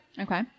Okay